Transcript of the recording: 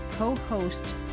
co-host